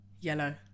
Yellow